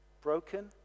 broken